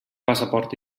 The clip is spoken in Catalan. passaport